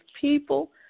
people